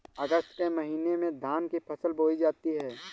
अगस्त के महीने में धान की फसल बोई जाती हैं